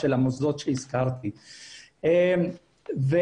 דבר שני -- מי קובע את זה?